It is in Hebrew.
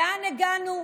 לאן הגענו?